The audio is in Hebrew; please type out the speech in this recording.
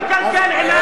ומאשים אותי בשנאה?